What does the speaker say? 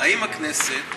האם הכנסת,